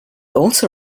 also